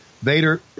Vader